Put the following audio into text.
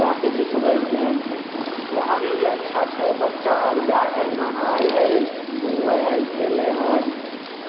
जाके देखबइ केहन छै वहाँ भी अच्छा छै बच्चा अर जाइ हइ नहाय हइ घूमय हइ खेलय हइ